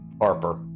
Harper